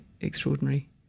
extraordinary